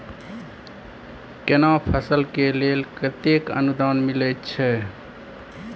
केना फसल के लेल केतेक अनुदान मिलै छै?